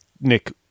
Nick